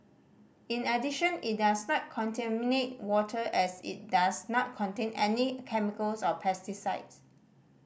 in addition it does not contaminate water as it does not contain any chemicals or pesticides